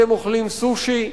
אתם אוכלים סושי,